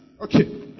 Okay